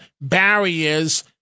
barriers